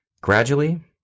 Gradually